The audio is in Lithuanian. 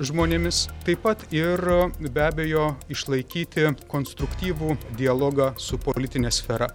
žmonėmis taip pat ir be abejo išlaikyti konstruktyvų dialogą su politine sfera